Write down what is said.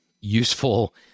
useful